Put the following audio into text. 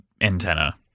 antenna